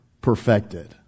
perfected